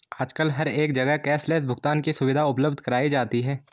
आजकल हर एक जगह कैश लैस भुगतान की सुविधा उपलब्ध कराई जाती है